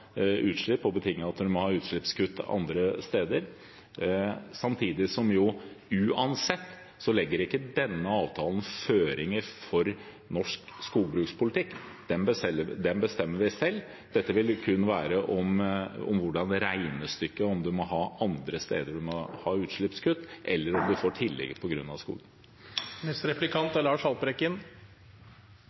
utslipp og betinge at man må ha utslippskutt andre steder. Uansett legger ikke denne avtalen føringer for norsk skogbrukspolitikk. Den bestemmer vi selv. Dette vil kun være om hvordan regnestykket er, om man må ha utslippskutt andre steder, eller om vi får tillegg